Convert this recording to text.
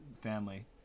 family